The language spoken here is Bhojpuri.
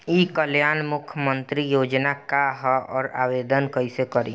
ई कल्याण मुख्यमंत्री योजना का है और आवेदन कईसे करी?